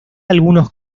algunos